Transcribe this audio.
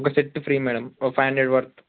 ఒక set free madam ఓ five hundred worth